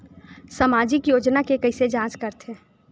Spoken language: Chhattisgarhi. सामाजिक योजना के कइसे जांच करथे?